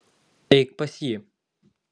eik pas jį